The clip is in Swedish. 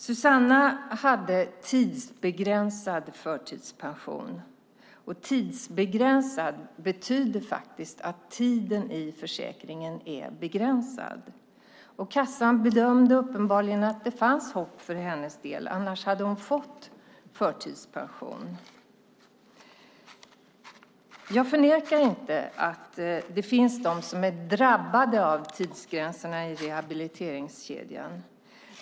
Susanna hade tidsbegränsad förtidspension. Tidsbegränsad betyder faktiskt att tiden i försäkringen är begränsad. Kassan bedömde uppenbarligen att det fanns hopp för hennes del. Annars hade hon fått förtidspension. Jag förnekar inte att det finns de som är drabbade av tidsgränserna i rehabiliteringskedjan.